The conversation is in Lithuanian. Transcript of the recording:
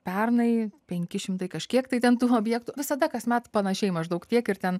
pernai penki šimtai kažkiek tai ten tų objektų visada kasmet panašiai maždaug tiek ir ten